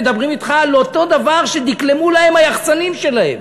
מדברים אתך על אותו דבר שדקלמו להם היחצנים שלהם.